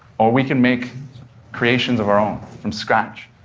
or we can make creations of our own from scratch,